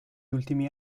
ultimi